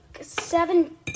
seven